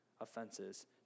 offenses